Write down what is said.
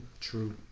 True